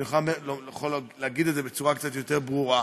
אני יכול להגיד את זה בצורה קצת יותר ברורה,